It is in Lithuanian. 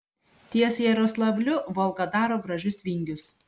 ties jaroslavliu volga daro gražius vingius